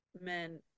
men